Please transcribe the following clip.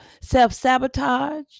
self-sabotage